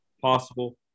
possible